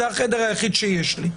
זה החדר היחיד שיש לי,